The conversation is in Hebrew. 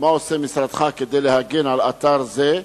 2. מה עושה משרדך כדי להגן על אתר זה?